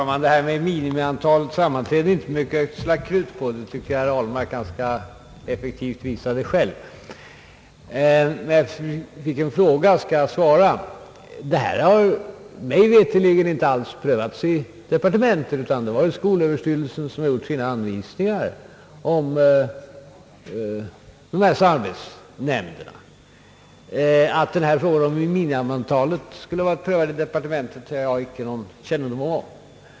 Herr talman! Minimiantalet sammanträden är inte mycket att ödsla krut på — det tycker jag att herr Ahlmark själv visade ganska effektivt — men eftersom jag fick en fråga skall jag svara. Mig veterligt har detta inte alls prövats i departementet, utan det var skolöverstyrelsen som gav sina anvisningar om samarbetsnämnderna; att frågan om minimiantalet skulle varit prövad i departementet har jag icke någon kännedom om.